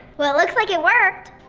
well looks like it worked.